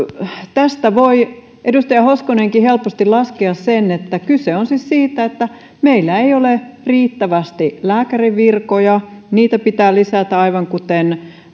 tästä voi edustaja hoskonenkin helposti laskea sen että kyse on siis siitä että meillä ei ole riittävästi lääkärinvirkoja niitä pitää lisätä aivan kuten